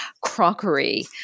crockery